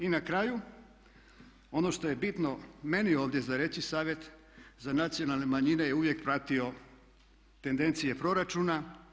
I na kraju ono što je bitno meni ovdje za reći, Savjet za nacionalne manjine je uvijek pratio tendencije proračuna.